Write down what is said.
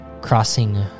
Crossing